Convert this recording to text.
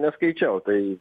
neskaičiau tai